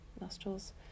nostrils